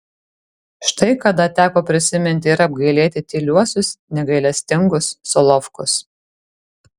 štai kada teko prisiminti ir apgailėti tyliuosius negailestingus solovkus